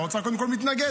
האוצר קודם כול מתנגד.